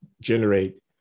generate